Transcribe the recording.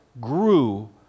grew